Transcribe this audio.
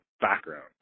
background